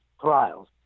trials